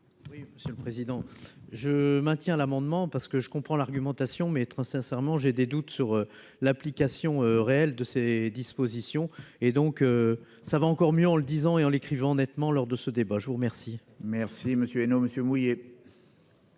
oui. Monsieur le président je maintiens l'amendement parce que je comprends l'argumentation m'être sincèrement, j'ai des doutes sur l'application réelle de ces dispositions et donc ça va encore mieux en le disant et en l'écrivant nettement lors de ce débat, je vous remercie. Merci monsieur non Monsieur mouillé.